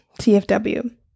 TFW